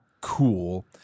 cool